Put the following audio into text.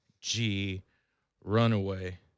G-Runaway